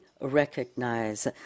recognize